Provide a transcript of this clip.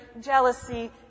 jealousy